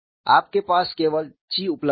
आपके पास केवल 𝛘 उपलब्ध है